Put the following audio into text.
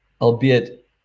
albeit